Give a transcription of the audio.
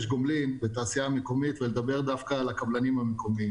גומלין בתעשייה המקומית ולדבר דווקא על הקבלנים המקומיים: